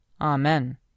Amen